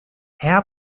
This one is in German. herr